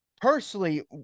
personally